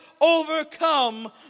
overcome